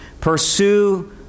Pursue